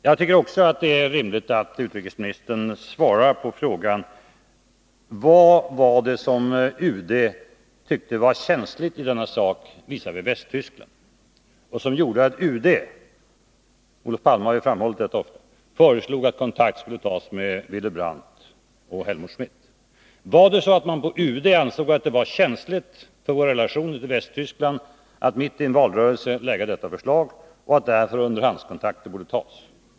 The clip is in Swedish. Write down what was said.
Jag tycker också att det är rimligt att utrikesministern svarar på frågan: Vad var det som UD tyckte var så känsligt i denna sak visavi Västtyskland och som gjorde att UD — Olof Palme har framhållit detta — föreslog att kontakt skulle tas med Willy Brandt och Helmut Schmidt? Ansåg man på UD att det var känsligt för våra relationer till Västtyskland att mitt i en valrörelse lägga detta förslag och att därför underhandskontakter borde tas?